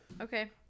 okay